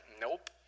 nope